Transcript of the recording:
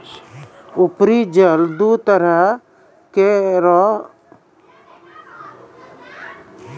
उपरी जल दू तरह केरो होय छै मीठा जल आरु नमकीन जल पैलो जाय छै